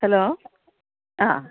hello ആ